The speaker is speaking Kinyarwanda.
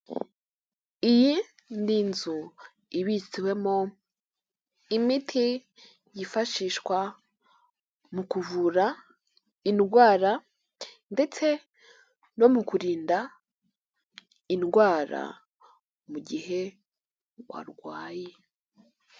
Iyi n'inzu ibitswemo imiti yifashishwa mu kuvura indwara ndetse no mu kurinda indwara mu gihe warwaye.